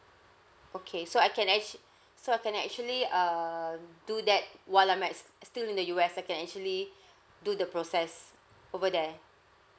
okay so I can actually so I can actually um do that while I'm at st~ still in the U_S I can actually do the process over there